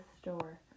store